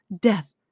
Death